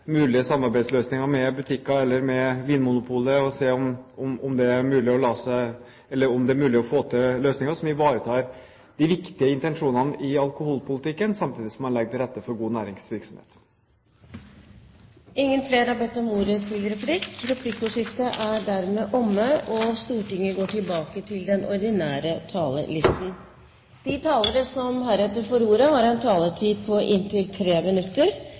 mulige samarbeidsløsninger med butikker eller med Vinmonopolet og se om det er mulig å få til løsninger som ivaretar de viktige intensjonene i alkoholpolitikken, samtidig som man legger til rette for god næringsvirksomhet. Replikkordskiftet er dermed omme. De talere som heretter får ordet, har en taletid på inntil 3 minutter.